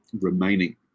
remaining